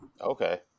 Okay